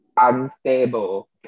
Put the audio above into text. unstable